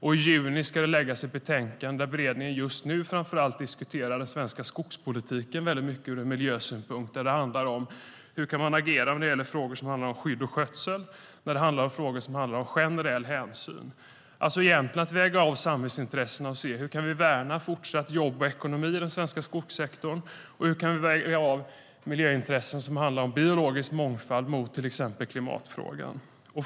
I juni ska det läggas fram ett betänkande, och beredningen diskuterar nu framför allt den svenska skogspolitiken ur miljösynpunkt. Det handlar om hur man kan agera när det gäller frågor om skydd, skötsel och generell hänsyn. Det gäller att väga av samhällsintressena och se hur vi kan värna jobb och ekonomi i den svenska skogssektorn och hur vi kan väga av miljöintressen som handlar om biologisk mångfald mot till exempel klimatfrågan.